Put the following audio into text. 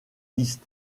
liste